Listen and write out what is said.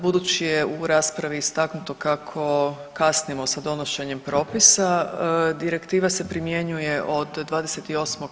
Budući je u raspravi istaknuto kako kasnimo sa donošenjem propisa, Direktiva se primjenjuje od 28.